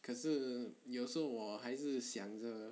可是有时候我还是想着